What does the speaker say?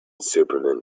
superman